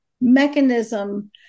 mechanism